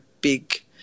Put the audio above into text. big